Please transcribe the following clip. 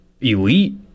elite